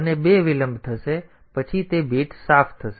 તેથી મને બે વિલંબ થશે પછી તે બીટ સાફ કરો